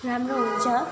राम्रो हुन्छ